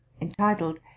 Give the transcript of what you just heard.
entitled